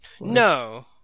No